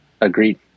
agreed